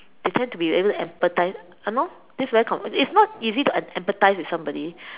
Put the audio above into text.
they tend to be a bit empathize you know this very common it's not easy to empathize with somebody